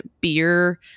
beer